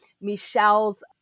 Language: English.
Michelle's